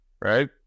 right